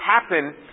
happen